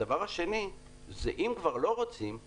הדבר השני הוא שאם כבר לא רוצים,